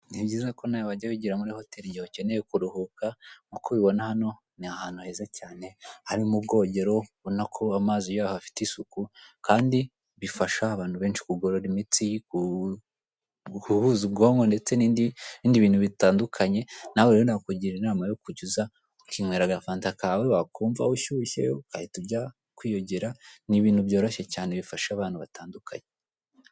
Nibyiza ko nawe wajya wigira muri Hotel igihe ukeneye kuruhuka, nkuko ubibona hano, ni ahantu heza cyane harimo ubwogero urabona ko amazi yaho afite isuku kandi bifasha abantu benshi kugorora imitsi, guhuza ubwonko ndetse n'indi, ibindi bintu bitandukanye nawe rero bakugira inama yo kujya uza ukinywera agafanta kawe, wakumva ushyushye ugahita ujya kwiyogera n'ibintu byoroshye cyane bifasha abantu batandukanye.